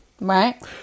right